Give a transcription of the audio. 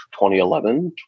2011